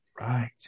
Right